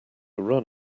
run